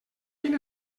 quin